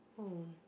oh